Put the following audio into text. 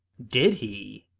did he?